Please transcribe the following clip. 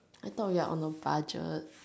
I thought we are on a budget